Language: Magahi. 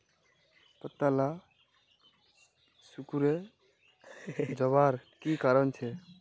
पत्ताला सिकुरे जवार की कारण छे?